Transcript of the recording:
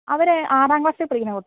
അവർ ആറാം ക്ലാസിൽ പഠിക്കുന്ന കുട്ടികളാണ്